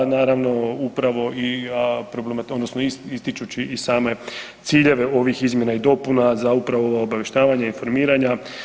Naravno upravo i, a odnosno ističući i same ciljeve ovih izmjena i dopuna za upravo ovo obavještavanje informiranja.